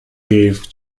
gave